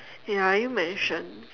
ya you mentioned